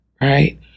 right